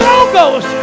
Logos